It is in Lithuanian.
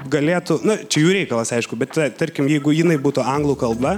galėtų na čia jų reikalas aišku bet tarkim jeigu jinai būtų anglų kalba